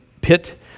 pit